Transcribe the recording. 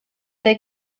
they